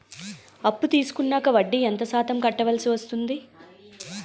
అప్పు తీసుకున్నాక వడ్డీ ఎంత శాతం కట్టవల్సి వస్తుంది?